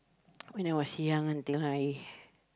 when I was young until I